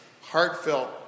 heartfelt